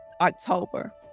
October